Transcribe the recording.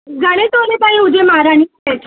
घणे तोले ताईं हुजे महाराणी सेट